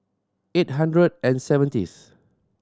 eight hundred and seventyth